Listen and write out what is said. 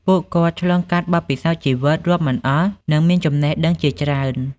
ពួកគាត់ឆ្លងកាត់បទពិសោធន៍ជីវិតរាប់មិនអស់ និងមានចំណេះដឹងជាច្រើន។